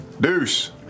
Deuce